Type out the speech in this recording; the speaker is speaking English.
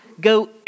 go